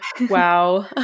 wow